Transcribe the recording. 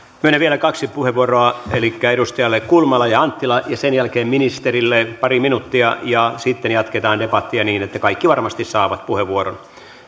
myönnän vielä kaksi puheenvuoroa edustajille kulmala ja anttila ja sen jälkeen ministerille pari minuuttia ja sitten jatketaan debattia niin että kaikki varmasti saavat puheenvuoron